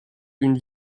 une